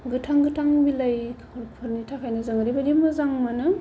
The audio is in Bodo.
गोथां गोथां बिलाइफोरनि थाखायनो जों ओरैबायदि मोजां मोनो